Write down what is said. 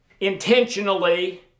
intentionally